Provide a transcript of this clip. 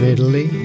Italy